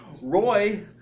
Roy